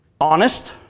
honest